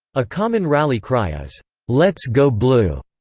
a common rally cry is let's go blue!